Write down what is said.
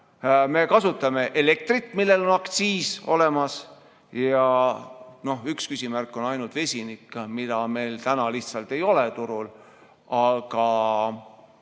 me kasutame elektrit, millel on aktsiis olemas, ja üks küsimärk on ainult vesinik, mida meil täna lihtsalt ei ole turul, aga